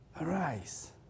Arise